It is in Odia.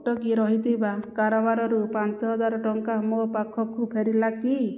ଅଟକି ରହିଥିବା କାରବାରରୁ ପାଞ୍ଚ ହଜାର ଟଙ୍କା ମୋ ପାଖକୁ ଫେରିଲା କି